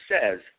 says